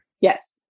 Yes